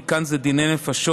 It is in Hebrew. כי כאן זה דיני נפשות.